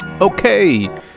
okay